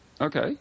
Okay